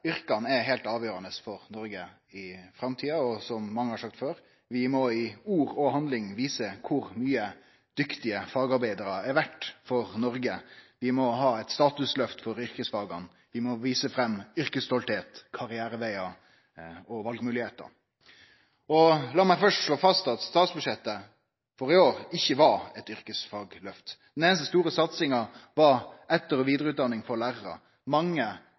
som mange har sagt før, må vi i ord og handling vise kor mykje dyktige fagarbeidarar er verde for Noreg. Vi må ha eit statusløft for yrkesfaga. Vi må vise fram yrkesstoltheit, karrierevegar og valmoglegheiter. Lat meg først slå fast at statsbudsjettet for i år ikkje var eit yrkesfagløft. Den einaste store satsinga var etter- og vidareutdanning for lærarar. Mange